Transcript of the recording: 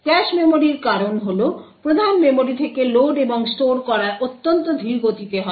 cash মেমরির কারণ হল প্রধান মেমরি থেকে লোড এবং স্টোর করা অত্যন্ত ধীরগতিতে হয়